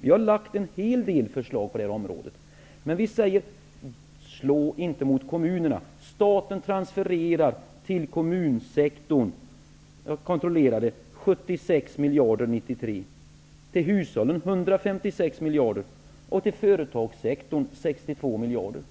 Vi har lagt fram en hel del förslag på det här området. Men vi säger: Slå inte mot kommunerna! Staten transfererade 1993 -- jag har kontrollerat dessa siffror -- 76 miljarder till kommunsektorn, 156 miljarder till hushållen och 62 miljarder till företagssektorn.